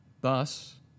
Thus